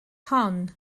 hon